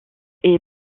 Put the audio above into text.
est